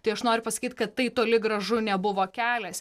tai aš noriu pasakyt kad tai toli gražu nebuvo kelias